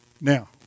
Now